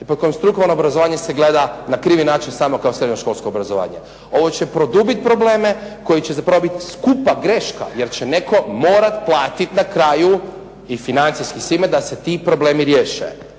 i po kojem strukovno obrazovanje se gleda na krivi način samo kao srednjoškolsko obrazovanje. Ovo će produbiti probleme koji će zapravo biti skupa greška, jer će netko morati platiti na kraju i financijski i svime da se ti problemi riješe.